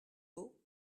beau